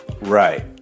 Right